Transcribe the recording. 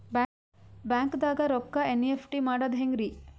ಬ್ಯಾಂಕ್ದಾಗ ರೊಕ್ಕ ಎನ್.ಇ.ಎಫ್.ಟಿ ಮಾಡದ ಹೆಂಗ್ರಿ?